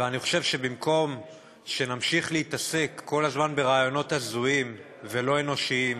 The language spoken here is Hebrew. ואני חושב שבמקום שנמשיך להתעסק כל הזמן ברעיונות הזויים ולא אנושיים